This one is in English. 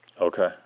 Okay